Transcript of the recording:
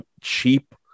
cheap